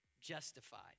justified